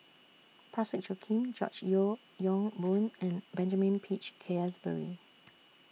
Parsick Joaquim George Yeo Yong Boon and Benjamin Peach Keasberry